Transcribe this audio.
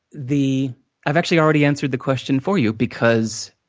the i've actually already answered the question for you, because